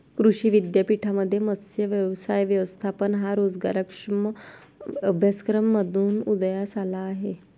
कृषी विद्यापीठांमध्ये मत्स्य व्यवसाय व्यवस्थापन हा रोजगारक्षम अभ्यासक्रम म्हणून उदयास आला आहे